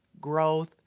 growth